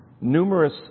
Numerous